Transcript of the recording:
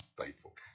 faithful